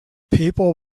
people